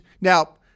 now